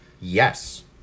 yes